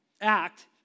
act